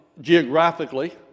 geographically